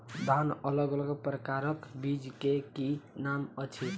धान अलग अलग प्रकारक बीज केँ की नाम अछि?